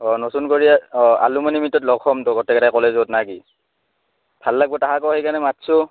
অঁ নতুন কৰি অঁ এলুমিনি মিটত লগ হ'মতো গোটেইকেইটা কলেজত না কি ভাল লাগব তাহাঁকো সেইকাৰণে মাতছোঁ